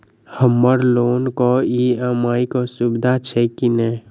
हम्मर लोन केँ ई.एम.आई केँ सुविधा छैय की नै?